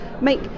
make